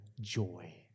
joy